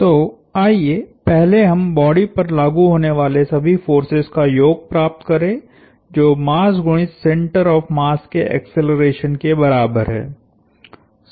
तो आइए पहले हम बॉडी पर लागु होने वाले सभी फोर्सेस का योग प्राप्त करे जो मास गुणित सेण्टर ऑफ़ मास के एक्सेलरेशन के बराबर है